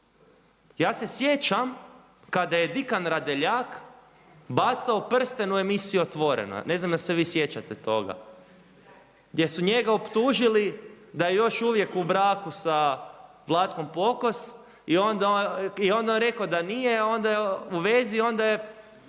Ja se sjećam kada je Dikan Radeljak bacao prsten u emisiji Otvoreno, ne znam da li se vi sjećate toga gdje su njega optužili da je još uvijek u braku sa Vlatkom Pokos i onda je on rekao da nije u vezi, onda je